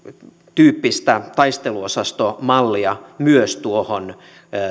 tyyppistä taisteluosastomallia myös tuohon